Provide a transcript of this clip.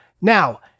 Now